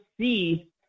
see